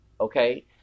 okay